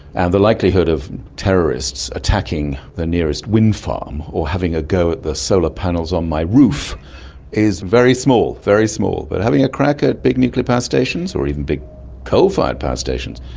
and the likelihood of terrorists attacking the nearest windfarm or having a go at the solar panels on my roof is very small, very small. but having a crack at big nuclear power stations or even big coal-fired power stations,